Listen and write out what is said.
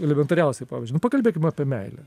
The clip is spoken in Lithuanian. elementariausiai pavyzdžiui nu pakalbėkim apie meilę